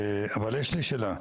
אבל יש לי שאלה,